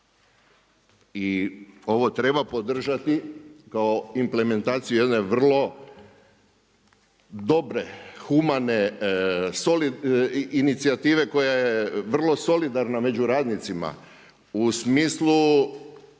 i ovo treba podržati kao implementaciju jedne vrlo dobre, humane inicijative koja je vrlo solidarna među radnicima u smislu